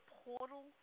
portal